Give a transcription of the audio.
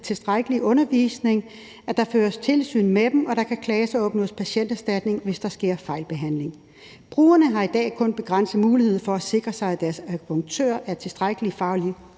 tilstrækkelig undervisning, at der føres tilsyn med dem, og at der kan klages og opnås patienterstatning, hvis der sker fejlbehandling. Brugerne har i dag kun begrænset mulighed for at sikre sig, at deres akupunktør er tilstrækkelig fagligt